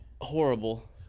Horrible